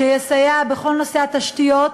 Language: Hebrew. יסייע בכל נושא התשתיות,